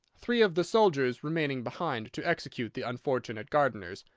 three of the soldiers remaining behind to execute the unfortunate gardeners,